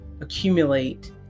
accumulate